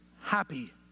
happy